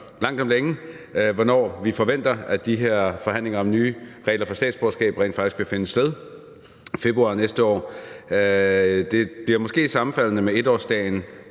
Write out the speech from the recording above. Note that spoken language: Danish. langt om længe, hvornår vi forventer, at de her forhandlinger om nye regler for statsborgerskab rent faktisk vil finde sted: februar næste år. Det bliver måske sammenfaldende med 1-årsdagen